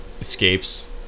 escapes